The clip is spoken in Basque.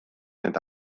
eta